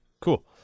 Cool